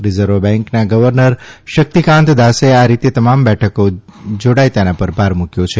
રીઝર્વબેંકના governor Shaktikanta દાસે આ રીતે તમામ બેઠકો જાડાય તેની પર ભાર મકવો છે